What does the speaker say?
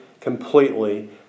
completely